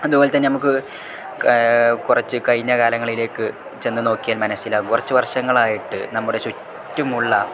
അതുപോലെത്തന്നെ നമുക്ക് കുറച്ച് കഴിഞ്ഞ കാലങ്ങളിലേക്ക് ചെന്നുനോക്കിയാൻ മനസ്സിലാവും കുറച്ച് വർഷങ്ങളായിട്ട് നമ്മുടെ ചുറ്റുമുള്ള